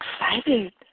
excited